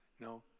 No